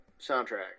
soundtrack